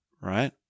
right